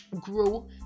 grow